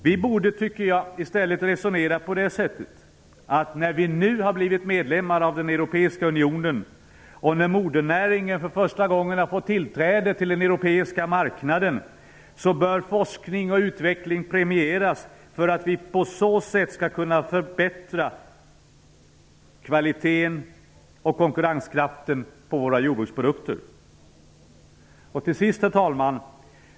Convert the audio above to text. Vi borde i stället resonera som så, att när vi nu har blivit medlemmar av den europeiska unionen och när modernäringen för första gången har fått tillträde till den europeiska marknaden, bör forskning och utveckling premieras för att vi på så sätt skall kunna förbättra kvaliteten och konkurrenskraften på våra jordbruksprodukter. Herr talman!